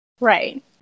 Right